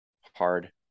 hard